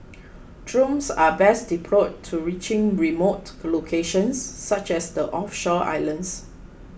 drones are best deployed to reaching remote locations such as the offshore islands